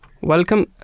Welcome